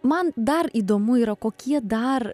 man dar įdomu yra kokie dar